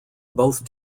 both